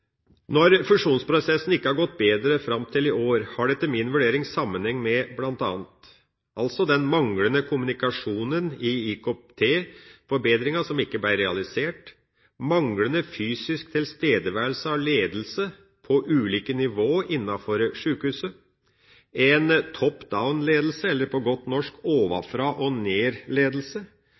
Når fusjonsprosessen ikke har gått bedre fram til i år, har det etter min vurdering sammenheng med bl.a. den manglende kommunikasjonen i IKT-forbedringa, som ikke ble realisert, manglende fysisk tilstedeværelse av ledelse på ulike nivå innenfor sjukehuset, og en «top-down»-ledelse, eller på godt norsk